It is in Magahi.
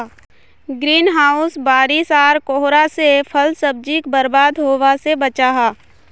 ग्रीन हाउस बारिश आर कोहरा से फल सब्जिक बर्बाद होवा से बचाहा